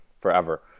forever